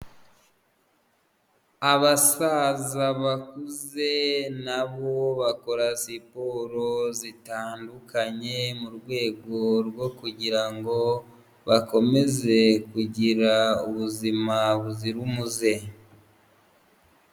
Abasaza bakuze nabo bakora siporo zitandukanye, mu rwego rwo kugira ngo bakomeze kugira ubuzima buzira umuze.